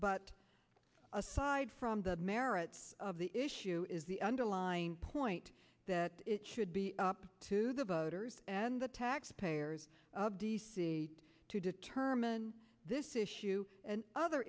but aside from the merits of the issue is the underlying point that it should be up to the voters and the taxpayers to determine this issue and other